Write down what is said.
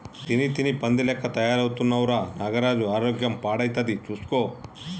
తిని తిని పంది లెక్క తయారైతున్నవ్ రా నాగరాజు ఆరోగ్యం పాడైతది చూస్కో